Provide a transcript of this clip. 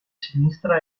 sinistra